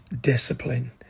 discipline